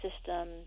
system